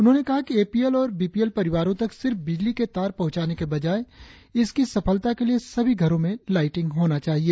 उन्होंने कहा कि एपीएल और बीपीएल परिवारों तक सिर्फ बिजली के तार पहुंचाने के बजाय इसकी सफलता के लिए इन सभी घरों में लाईटिंग होना चाहिए